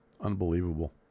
Unbelievable